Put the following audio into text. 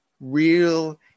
real